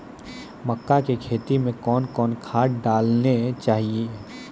मक्का के खेती मे कौन कौन खाद डालने चाहिए?